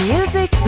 Music